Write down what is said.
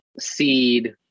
SEED